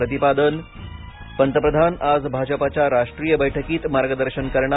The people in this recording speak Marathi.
प्रतिपादन पंतप्रधान आज भाजपाच्या राष्ट्रीय बैठकीत मार्गदर्शन करणार